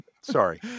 Sorry